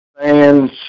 fans